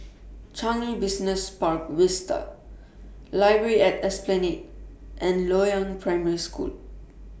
Changi Business Park Vista Library At Esplanade and Loyang Primary School